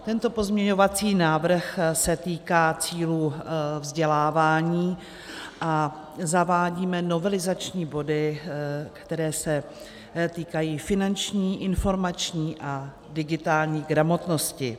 Tento pozměňovací návrh se týká cílů vzdělávání a zavádíme novelizační body, které se týkají finanční, informační a digitální gramotnosti.